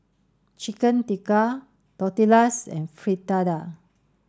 Chicken Tikka Tortillas and Fritada